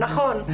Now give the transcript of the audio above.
נכון,